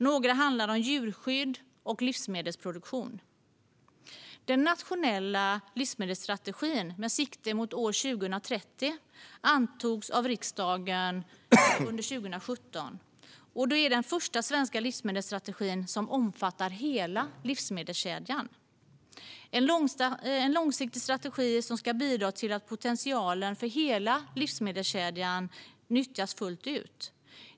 Några av dem handlar om djurskydd och livsmedelsproduktion. Den nationella livsmedelsstrategin med sikte mot år 2030 antogs av riksdagen under 2017 och är den första svenska livsmedelsstrategi som omfattar hela livsmedelskedjan. Det är en långsiktig strategi som ska bidra till att potentialen för hela livsmedelskedjan nyttjas fullt ut.